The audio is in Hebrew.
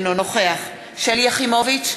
אינו נוכח שלי יחימוביץ,